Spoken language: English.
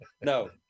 No